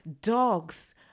dogs